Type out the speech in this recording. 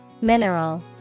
Mineral